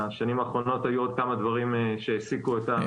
בשנים האחרונות היו עוד כמה דברים שהעסיקו אותנו.